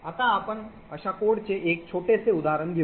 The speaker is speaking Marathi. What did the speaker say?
आता आपण अशा कोडचे एक छोटेसे उदाहरण घेऊ